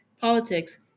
politics